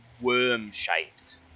worm-shaped